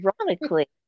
ironically